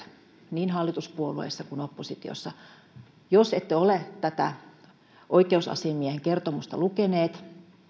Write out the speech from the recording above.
niin hallituspuolueissa kuin oppositiossa että jos ette ole tätä oikeusasiamiehen kertomusta lukeneet